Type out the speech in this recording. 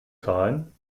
zahlen